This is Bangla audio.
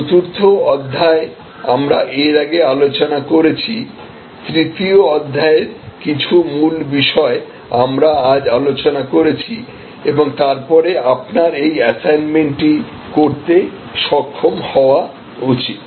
চতুর্থ অধ্যায় আমরা এর আগে আলোচনা করেছি তৃতীয় অধ্যায়ের কিছু মূল বিষয় আমরা আজ আলোচনা করেছি এবং তারপরে আপনার এই অ্যাসাইনমেন্টটি করতে সক্ষম হওয়া উচিত